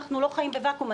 אנחנו לא חיים בוואקום,